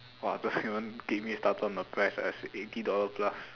!wah! haven't get me started on the price as eighty dollar plus